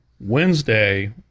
Wednesday